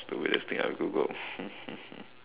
the weirdest thing I've Googled